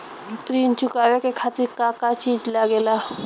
ऋण चुकावे के खातिर का का चिज लागेला?